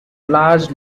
large